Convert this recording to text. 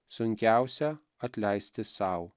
sunkiausia atleisti sau